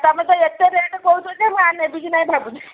ତମେ ତ ଏତେ ରେଟ୍ କହୁଛ ଯେ ମୁଁ ନେବି କି ନାହିଁ ଭାବୁଛି